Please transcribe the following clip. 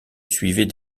suivait